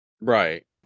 Right